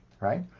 right